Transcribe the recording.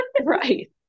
right